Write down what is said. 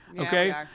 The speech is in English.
Okay